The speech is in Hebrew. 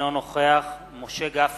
אינו נוכח משה גפני,